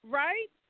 right